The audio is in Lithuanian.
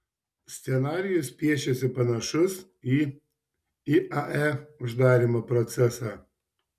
scenarijus piešiasi panašus į iae uždarymo procesą